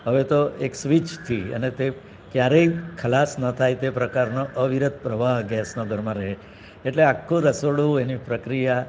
હવે તો એક સ્વિચથી અને તે ક્યારેય ખલાસ ન થાય તે પ્રકારનો અવિરત પ્રવાહ ગેસનો ઘરમાં રહે એટલે આખું રસોડું એની પ્રક્રિયા